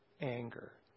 anger